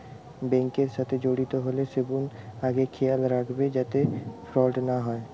bank এর সাথে জড়িত হলে সবনু আগে খেয়াল রাখবে যাতে ফ্রড না হয়